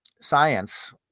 science